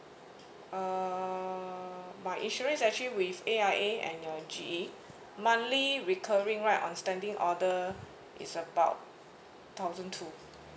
uh my insurance actually with A_I_A and uh G_E monthly recurring right on standing order is about thousand two